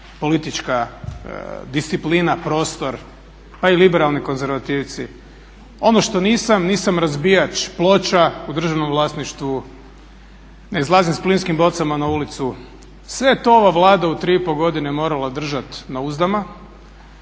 politička disciplina, prostor pa i liberalni konzervativci. Ono što nisam, nisam razbijač ploča u državnom vlasništvu, ne izlazim s plinskim bocama na ulicu. Sve je to ova Vlada u 3,5 godine morala držat na uzdama,